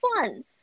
fun